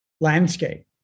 landscape